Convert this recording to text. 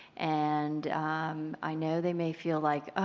and i know they may feel like, ah